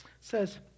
says